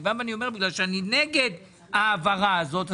אני אומר שבגלל שאני נגד ההעברה הזאת,